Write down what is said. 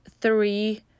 three